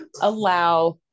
allow